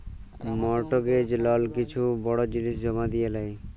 mortgage লল কিছু বড় জিলিস জমা দিঁয়ে লেই